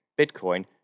Bitcoin